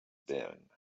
been